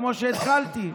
כמו שהתחלתי,